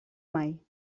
mai